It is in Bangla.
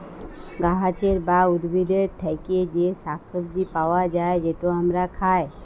গাহাচের বা উদ্ভিদের থ্যাকে যে শাক সবজি পাউয়া যায়, যেট আমরা খায়